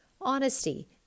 honesty